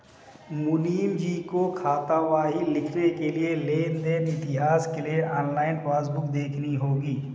मुनीमजी को खातावाही लिखने के लिए लेन देन इतिहास के लिए ऑनलाइन पासबुक देखनी होगी